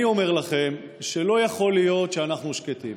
אני אומר לכם שלא יכול להיות שאנחנו שקטים.